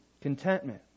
contentment